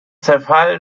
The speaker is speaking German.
zerfall